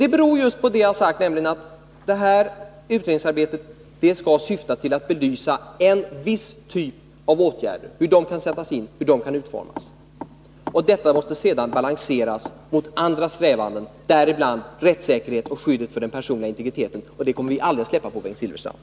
Det beror just på, som jag redan har sagt, att det här utredningsarbetet skall syfta till att belysa en viss typ av åtgärder, hur de kan vidtas och hur de kan utformas. Detta måste sedan balanseras mot andra strävanden, däribland strävandena när det gäller rättssäkerheten och skyddet för den personliga integriteten. På den punkten kommer vi aldrig att ge efter, Bengt Silfverstrand.